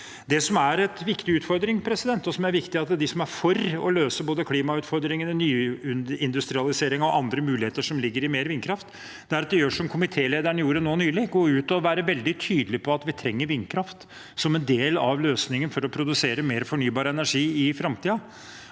Det som er en viktig utfordring, og som det er viktig at de som er for å løse både klimautfordringene, nyindustrialiseringen og andre muligheter som ligger i mer vindkraft, gjør, er å gjøre som komitélederen gjorde nå nylig: gå ut og være veldig tydelig på at vi trenger vindkraft som en del av løsningen for å produsere mer fornybar energi i framtiden.